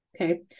Okay